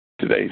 today